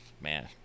man